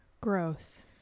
gross